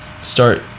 start